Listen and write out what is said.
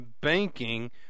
banking